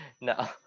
No